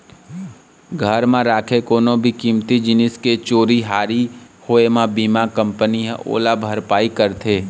घर म राखे कोनो भी कीमती जिनिस के चोरी हारी होए म बीमा कंपनी ह ओला भरपाई करथे